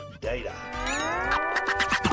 data